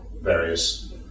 various